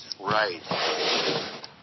right